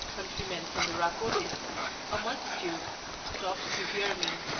countrymen from the rhacotis a multitude stopped to hear me.